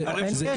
אין קשר.